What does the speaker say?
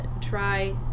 try